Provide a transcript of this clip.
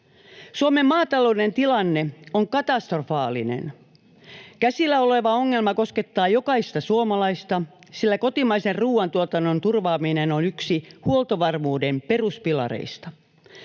Suomen maatalouden tilanne on katastrofaalinen. Käsillä oleva ongelma koskettaa jokaista suomalaista, sillä kotimaisen ruuantuotannon turvaaminen on yksi huoltovarmuuden peruspilareista.